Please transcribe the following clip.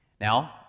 Now